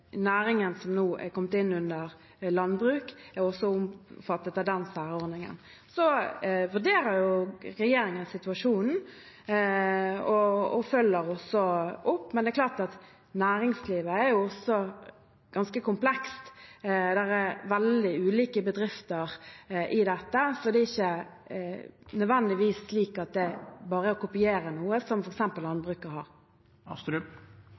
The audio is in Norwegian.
som nå er kommet inn under landbruk, er også omfattet av den særordningen. Så vurderer regjeringen situasjonen og følger også opp, men det er klart at næringslivet er ganske komplekst. Det er veldig ulike bedrifter i dette, så det er ikke nødvendigvis slik at det bare er å kopiere noe som f.eks. landbruket har.